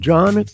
John